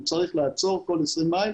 הוא צריך לעצור כל 20 מייל